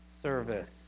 service